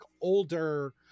older